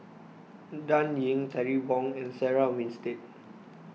Dan Ying Terry Wong and Sarah Winstedt